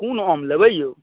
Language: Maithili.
कोन आम लेबै औ